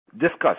discuss